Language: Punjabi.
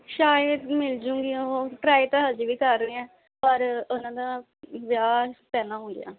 ਸ਼ਾਇਦ ਮਿਲ ਜੁਂਗੀ ਉਹ ਟਰਾਈ ਤਾਂ ਹਜੇ ਵੀ ਕਰ ਰਹੇ ਹਾਂ ਪਰ ਉਹਨਾਂ ਦਾ ਵਿਆਹ ਪਹਿਲਾਂ ਹੋ ਗਿਆ